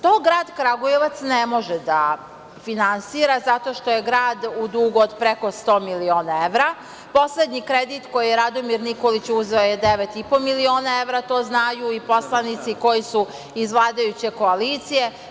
To grad Kragujevac ne može da finansira zato što je grad u dugu od preko sto miliona evra, poslednji kredit koji je Radomir Nikolić uzeo je deve i po miliona evra, to znaju i poslanici koji su iz vladajuće koalicije.